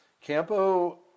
Campo